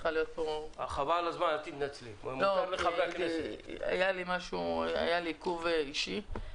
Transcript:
היה לי עיכוב אישי.